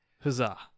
Huzzah